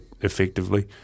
effectively